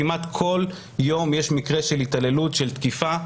כמעט כל יום יש מקרה של התעללות, של תקיפה,